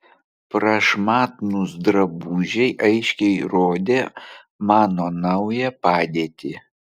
prašmatnūs drabužiai aiškiai rodė mano naują padėtį